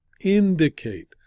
indicate